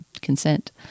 consent